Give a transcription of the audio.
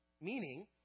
meaning